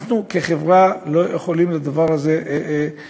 אנחנו כחברה לא יכולים לתת לדבר הזה להימשך,